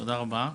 תודה רבה.